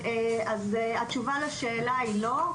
התשובה לשאלה היא לא.